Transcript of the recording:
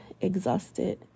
exhausted